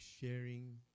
sharing